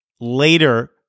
later